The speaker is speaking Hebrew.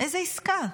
איזו עסקה?